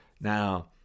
Now